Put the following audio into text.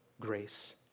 grace